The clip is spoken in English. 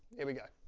here we go.